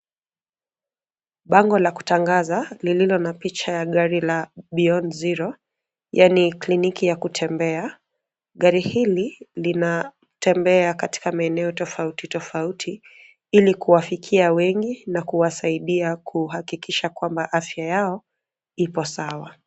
Bango la kutangaza lilio na picha ya gari la Beyond Zero yaani kliniki ya kutembea. Gari hili linatembea katika maeneo tofauti tofauti ili kuwafikia wengi na kuwasaidia kuhakikisha kwamba afya yao ipo sawa.